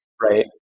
right